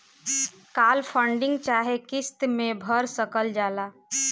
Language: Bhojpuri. काल फंडिंग चाहे किस्त मे भर सकल जाला